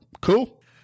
Cool